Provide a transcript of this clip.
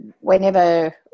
Whenever